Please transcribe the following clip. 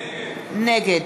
נגד